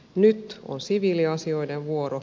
nyt on siviiliasioiden vuoro